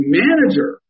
manager